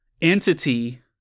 entity